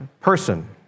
person